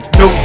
no